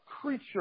creature